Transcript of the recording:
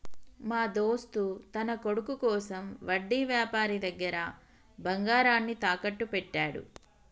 మా దోస్త్ తన కొడుకు కోసం వడ్డీ వ్యాపారి దగ్గర బంగారాన్ని తాకట్టు పెట్టాడు